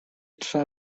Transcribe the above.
trza